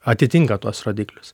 atitinka tuos rodiklius